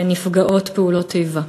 ונפגעות פעולות איבה,